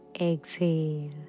exhale